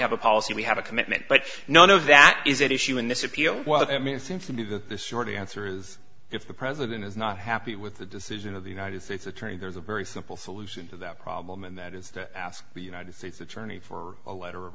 have a policy we have a commitment but none of that is at issue in this appeal well i mean it seems to me that this short answer is if the president is not happy with the decision of the united states attorney there's a very simple solution to that problem and that is ask the united states attorney for a letter of